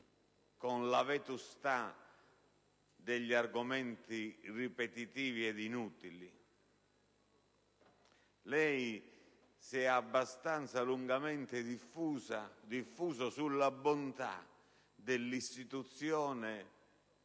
alla vetustà di argomenti ripetitivi ed inutili. Lei si è lungamente diffuso sulla bontà dell'istituzione